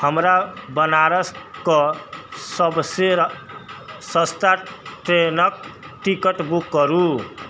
हमरा बनारस कऽ सबसे सस्ता ट्रेनक टिकट बुक करू